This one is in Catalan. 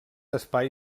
espai